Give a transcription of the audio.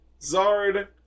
Zard